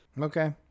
Okay